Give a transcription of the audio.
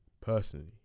personally